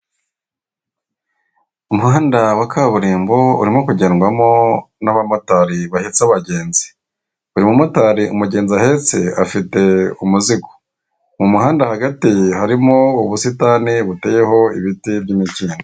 Umuhanda wa kaburimbo urimo kugendwamo n'abamotari bahetse abagenzi, buri mumotari umugenzi ahetse afite umuzigo, mu muhanda hagati harimo ubusitani buteyeho ibiti by'imikindo.